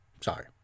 Sorry